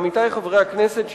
עמיתי חברי הכנסת,